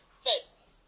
first